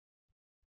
విద్యార్థి అవును